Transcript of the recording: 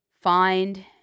find